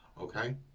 okay